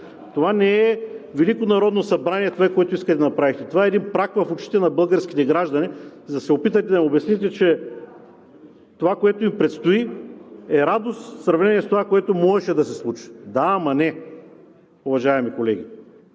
това не е Велико народно събрание, което искате да направите. Това е прах в очите на българските граждани, за да се опитате да им обясните, че това, което им предстои, е радост в сравнение с това, което можеше да се случи. Да, ама не, уважаеми колеги!